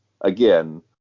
again